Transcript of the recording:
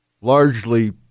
largely